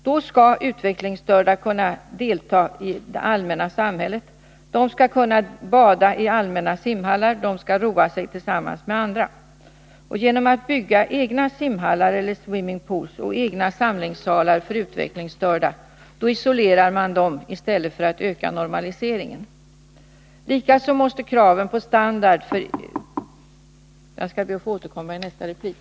Då skall utvecklingsstörda kunna delta i det allmänna samhällslivet, de skall kunna bada i allmänna simhallar, de skall roa sig tillsammans med andra. Genom att bygga egna simhallar och swimmingpools och egna samlingssalar för utvecklingsstörda isolerar man dem i stället för att öka normaliseringen. Jag skall be att få återkomma i nästa replik.